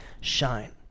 shine